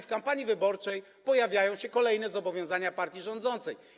W kampanii wyborczej pojawiają się kolejne zobowiązania partii rządzącej.